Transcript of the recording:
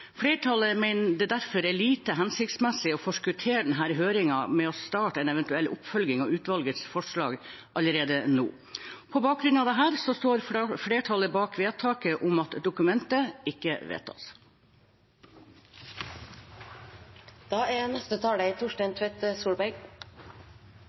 Flertallet mener det derfor er lite hensiktsmessig å forskuttere denne høringen ved å starte en eventuell oppfølging av utvalgets forslag allerede nå. På bakgrunn av dette står flertallet bak vedtaket om at dokumentet ikke vedtas.